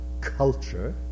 culture